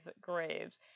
graves